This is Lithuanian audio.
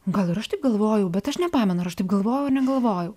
gal ir aš taip galvojau bet aš nepamenu ar aš taip galvojau ar negalvojau